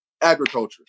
agriculture